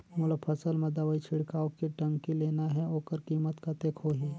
मोला फसल मां दवाई छिड़काव के टंकी लेना हे ओकर कीमत कतेक होही?